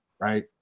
right